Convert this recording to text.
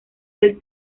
del